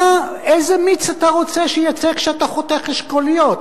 איזה מיץ אתה רוצה שיצא כשאתה חותך אשכוליות?